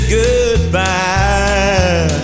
goodbye